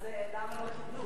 אז למה לא קיבלו?